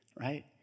right